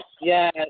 yes